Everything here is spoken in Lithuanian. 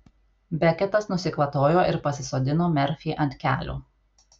beketas nusikvatojo ir pasisodino merfį ant kelių